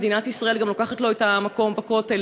מדינת ישראל גם לוקחת לו את המקום בכותל,